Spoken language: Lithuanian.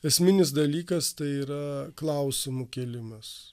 esminis dalykas tai yra klausimų kėlimas